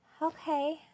Okay